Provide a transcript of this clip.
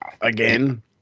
Again